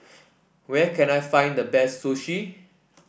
where can I find the best Sushi